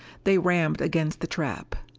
they rammed against the trap.